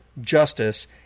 justice